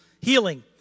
Healing